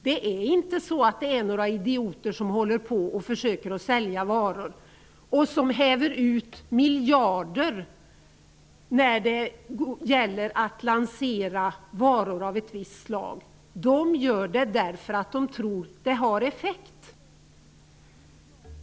Det är inte några idioter som håller på att försöka sälja varor och som häver ut miljarder för att lansera varor av ett visst slag. De gör de därför att de tror att reklamen har effekt.